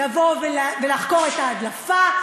לבוא ולחקור את ההדלפה,